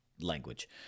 language